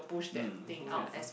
mm think has some